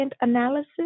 analysis